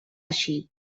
així